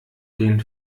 den